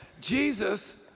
Jesus